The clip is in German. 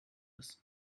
ist